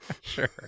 sure